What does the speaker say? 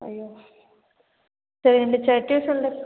ஐயோ சரிங்க டீச்சர் டியூஷனில்